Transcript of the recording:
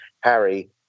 Harry